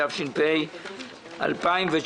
התש"ף-2019